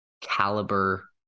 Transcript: caliber